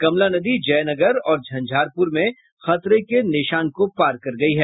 कमला नदी जयनगर और झंझारपुर में खतरे के निशान के करीब है